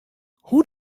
hoe